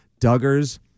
Duggar's